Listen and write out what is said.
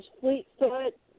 Fleetfoot